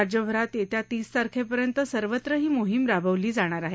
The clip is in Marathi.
राज्यभरात येत्या तीस तारखेपर्यंत सर्वत्र ही मोहीम राबवली जाणार आहे